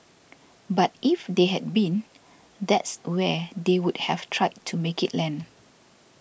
but if they had been that's where they would have tried to make it land